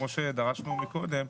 כמו שדרשנו מקודם,